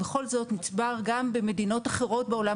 בכל זאת נצבר גם במדינות אחרות בעולם